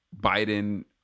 Biden